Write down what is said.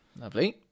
Lovely